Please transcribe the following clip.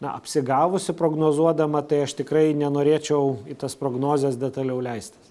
na apsigavusi prognozuodama tai aš tikrai nenorėčiau į tas prognozes detaliau leistis